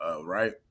right